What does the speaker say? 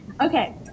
Okay